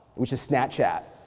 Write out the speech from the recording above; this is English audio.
which is snapchat,